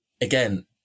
again